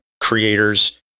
creators